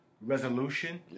resolution